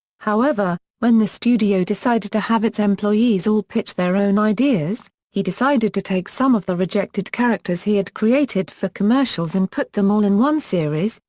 however, when the studio decided to have its employees all pitch their own ideas, he decided to take some of the rejected characters he had created for commercials and put them all in one series,